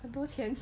很多钱